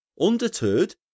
Undeterred